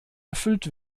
erfüllt